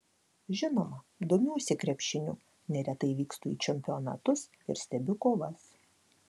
žinoma domiuosi krepšiniu neretai vykstu į čempionatus ir stebiu kovas